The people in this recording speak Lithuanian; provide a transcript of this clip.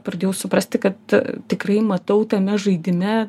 pradėjau suprasti kad tikrai matau tame žaidime